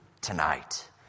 tonight